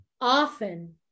often